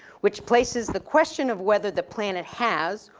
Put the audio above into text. which places the question of whether the planet has,